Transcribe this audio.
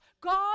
God